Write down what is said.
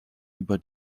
über